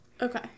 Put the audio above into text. Okay